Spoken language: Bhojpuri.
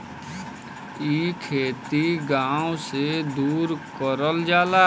इ खेती गाव से दूर करल जाला